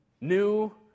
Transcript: new